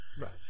Right